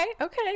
okay